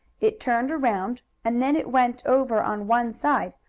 it turned around, and then it went over on one side,